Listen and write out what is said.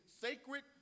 sacred